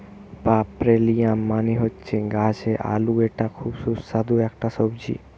পার্পেলিয়াম মানে হচ্ছে গাছ আলু এটা খুব সুস্বাদু একটা সবজি